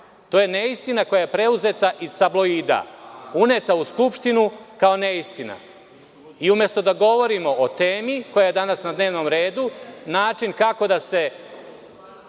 To je neistina koja je preuzeta iz tabloida, uneta u Skupštinu kao neistina. Umesto da govorimo o temi koja je danas na dnevnom redu, način kako da se